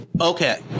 Okay